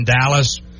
dallas